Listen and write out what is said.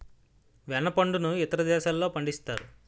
వెన్న పండును ఇతర దేశాల్లో పండిస్తారు